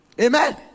amen